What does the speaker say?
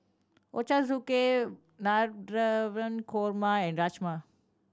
Ochazuke Navratan Korma and Rajma